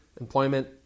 employment